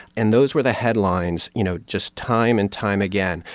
and those were the headlines, you know, just time and time again,